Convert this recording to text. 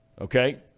Okay